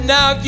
Now